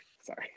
sorry